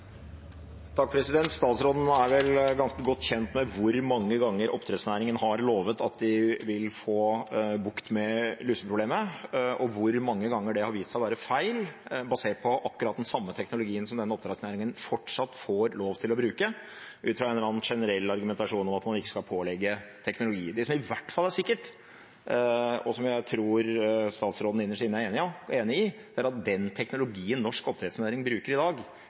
Statsråden er vel ganske godt kjent med hvor mange ganger oppdrettsnæringen har lovet at de vil få bukt med luseproblemet, og hvor mange ganger det har vist seg å være feil, basert på akkurat den samme teknologien som den oppdrettsnæringen fortsatt får lov til å bruke, ut fra en eller annen generell argumentasjon om at man ikke skal pålegge teknologi. Det som i hvert fall er sikkert, og som jeg tror statsråden innerst inne er enig i, er at den teknologien norsk oppdrettsnæring bruker i dag,